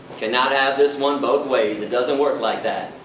cannot have this one both ways, it doesn't work like that.